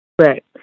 right